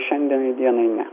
šiandien dienai ne